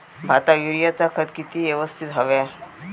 भाताक युरियाचा खत किती यवस्तित हव्या?